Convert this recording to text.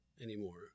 anymore